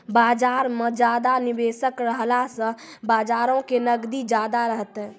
बजार मे ज्यादा निबेशक रहला से बजारो के नगदी ज्यादा रहतै